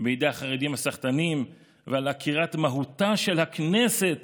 בידי החרדים הסחטנים ועל עקירת מהותה של הכנסת